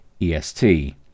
EST